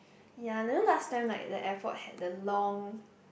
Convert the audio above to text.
yea you know last time like the airport had the long